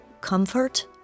comfort